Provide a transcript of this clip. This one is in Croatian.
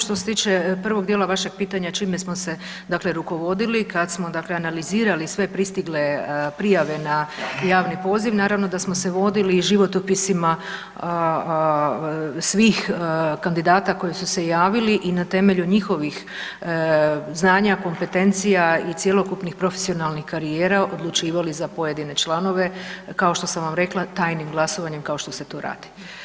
Što se tiče prvog djela vašeg pitanja čime smo se dakle rukovodili kad smo dakle analizirali sve pristigle prijave na javni poziv, naravno da smo vodili životopisima svih kandidata koji su se javili i na temelju njihovih znanja, kompetencija i cjelokupnih profesionalnih karijera, odlučivali za pojedine članove, kao što sam vam rekla, tajnim glasovanjem kao što se to radi.